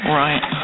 right